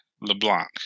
LeBlanc